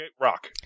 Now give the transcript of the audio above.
Rock